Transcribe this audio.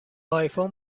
آیفون